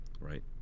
right